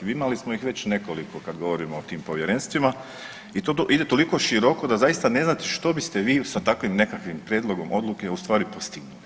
Imali smo ih već nekoliko kada govorimo o tim povjerenstvima i to ide toliko široko da zaista ne znate što biste vi sa takvim nekakvim prijedlogom odluke ustvari postigli.